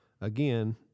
again